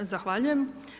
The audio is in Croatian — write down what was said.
Zahvaljujem.